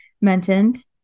mentioned